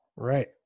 Right